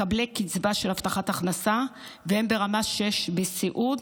מקבלי קצבה של הבטחת הכנסה והם ברמה 6 בסיעוד,